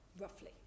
roughly